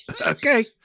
Okay